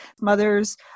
Mother's